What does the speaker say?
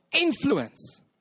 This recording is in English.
influence